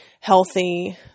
healthy